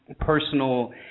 personal